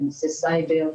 לנושא סייבר,